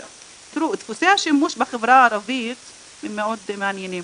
דפוסי השימוש בחברה הערבית הם מאוד מעניינים.